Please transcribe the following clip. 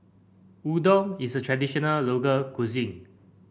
udon is a traditional local cuisine